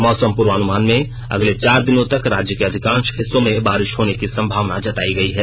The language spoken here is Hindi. मौसम पूर्वान्मान में अगले चार दिनों तक राज्य के अधिकांश हिस्सों में बारिश होने की संभावना जतायें गयी है